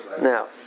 now